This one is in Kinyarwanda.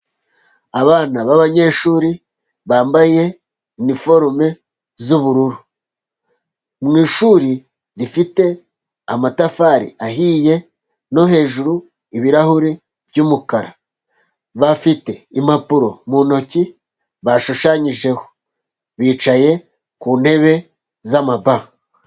Abana b'abanyeshuri bambaye iniforume z'ubururu, mu ishuri rifite amatafari ahiye no hejuru, ibirahuri byumukara. Bafite impapuro mu ntoki bashushanyijeho bicaye ku ntebe zamaba.